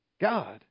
God